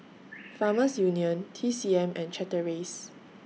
Farmers Union T C M and Chateraise